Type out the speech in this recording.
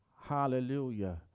Hallelujah